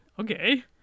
okay